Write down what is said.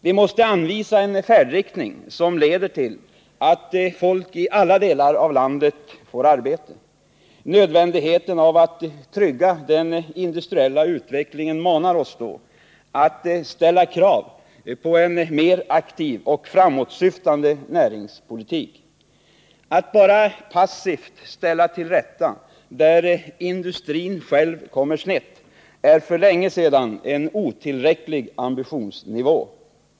Vi måste anvisa en färdriktning, som leder till att folk i alla delar av landet får arbete. Nödvändigheten av att trygga den industriella utvecklingen manar oss då att ställa krav på en mer aktiv och framåtsyftande näringspolitik. Att bara passivt ställa till rätta där industrin själv kommer snett är sedan länge en otillräcklig ambitionsnivå.